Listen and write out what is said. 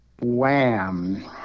wham